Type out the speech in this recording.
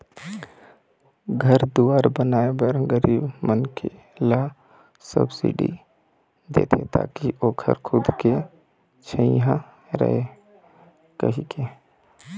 घर दुवार बनाए बर गरीब मनखे ल सब्सिडी देथे ताकि ओखर खुद के छइहाँ रहय कहिके